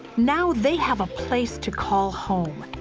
now they have a place to call home.